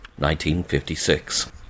1956